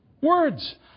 words